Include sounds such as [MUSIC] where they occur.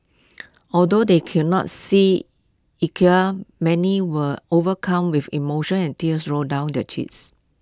although they could not see [UNINTELLIGIBLE] many were overcome with emotion and tears rolled down their cheeks